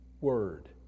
word